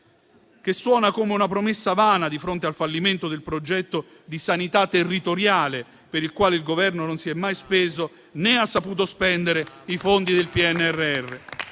che suona come una promessa vana di fronte al fallimento del progetto di sanità territoriale, per il quale il Governo non si è mai speso, né ha saputo spendere i fondi del PNRR.